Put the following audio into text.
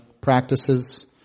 practices